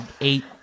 eight